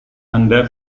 anda